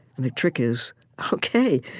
and the trick is ok,